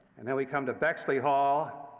and then we come to bexley hall,